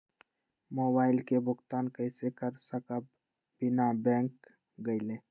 Mobile के भुगतान कईसे कर सकब बिना बैंक गईले?